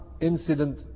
incident